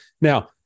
Now